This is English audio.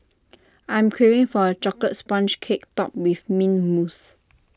I am craving for A Chocolate Sponge Cake Topped with Mint Mousse